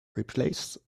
replace